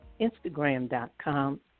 instagram.com